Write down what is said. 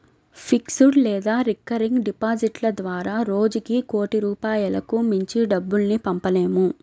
fixed లేదా recurring డిపాజిట్ల ద్వారా రోజుకి కోటి రూపాయలకు మించి డబ్బుల్ని పంపలేము